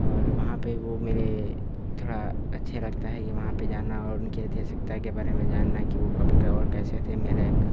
और वहां पे वो मेरे थोड़ा अच्छे लगता है कि वहां पे जाना और उनके ऐतिहसिकता के बारे में जानना कि वो कब का और कैसे थे मेरा एक